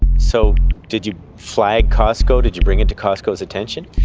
so did you flag costco? did you bring it to costco's attention?